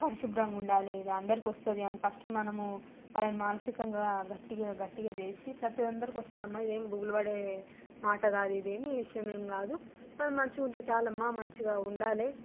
పరిశుభ్రంగా ఉండాలే ఇది అందరికి వస్తుంది అని ఫస్టు మనము వాళ్ళని మానసికంగా గట్టిగా గట్టిగా చేసి ప్రతి అందరికి వస్తుంది అమ్మా ఇదేమి గుబులుపడే మాటకాదు ఇది ఏమి విషయమేం కాదు మనం మంచిగా ఉంటే చాలమ్మా మంచిగా ఉండాలే